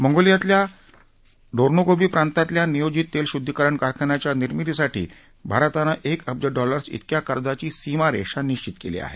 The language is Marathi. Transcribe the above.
मंगोलियातल्या डोर्नोगोबी प्रांतातल्या नियोजित तेल शुद्धीकरण कारखान्याच्या निर्मितीसाठी भारतानं एक अब्ज डॉलरस तिक्या कर्जाची सीमारेषा निश्वित केली आहे